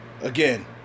again